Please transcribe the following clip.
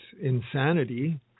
insanity